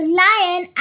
lion